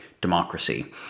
democracy